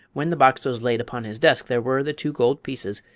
when the box was laid upon his desk there were the two gold pieces,